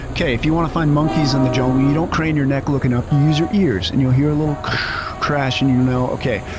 if you want to find monkeys in the jungle, you don't crane your neck looking up, you use your ears and you'll hear a little crash and you know, okay,